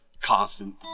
constant